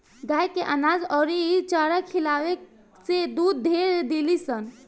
गाय के अनाज अउरी चारा खियावे से दूध ढेर देलीसन